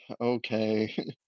Okay